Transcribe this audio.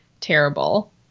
terrible